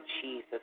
Jesus